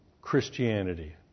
Christianity